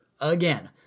again